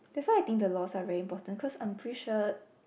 that's why I think the laws are very important cause I'm pretty sure